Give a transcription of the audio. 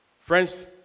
Friends